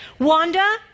Wanda